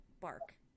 bark